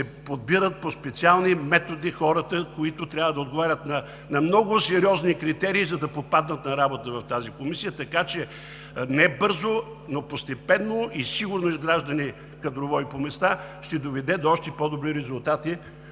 подбират по специални методи хората, които трябва да отговарят на много сериозни критерии, за да попаднат на работа в тази комисия. Така че не бързо, но постепенно и сигурно изграждане кадрово и по места ще доведе до още по-добри резултати